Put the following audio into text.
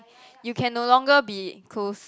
you can not longer be close